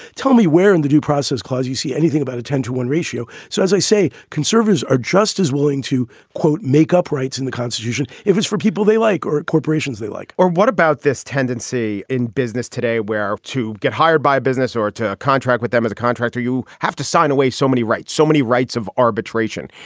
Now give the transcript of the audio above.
tell me where in the due process clause you see anything about a ten to one ratio? so as i say, conservers are just as willing to quote makeup rights in the constitution if it's for people they like or corporations they like or what about this tendency in business today where to get hired by business or to contract with them as the contractor, you have to sign away so many rights, so many rights of arbitration.